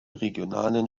regionalen